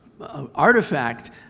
artifact